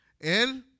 El